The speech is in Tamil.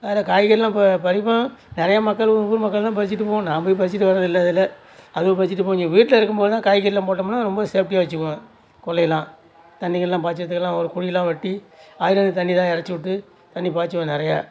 அதில் காய்கறியெலாம் இப்போ பறிப்போம் நிறையா மக்கள் ஊர் மக்களெலாம் பறிச்சுட்டு போகவும் நான் போய் பறிச்சுட்டு வரதில்லை அதில் அது பறிச்சுட்டு போய் எங்கள் வீட்டில் இருக்கும்போதெலாம் காய்கறியெலாம் போட்டமுன்னால் ரொம்ப சேஃப்ட்டியாக வெச்சுக்குவேன் கொள்ளையெல்லாம் தண்ணிகளெலாம் பாய்ச்சிறதுக்கு எல்லாம் ஒரு குழியெலாம் வெட்டி அதிலுள்ள தண்ணியெலாம் இறச்சிவிட்டு தண்ணி பாய்ச்சுவேன் நிறையா